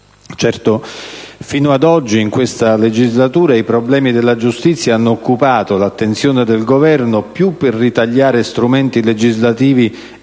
Certo, fino ad oggi in questa legislatura, i problemi della giustizia hanno occupato l'attenzione del Governo più per ritagliare strumenti legislativi